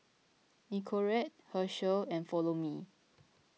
Nicorette Herschel and Follow Me